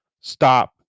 Stop